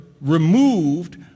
removed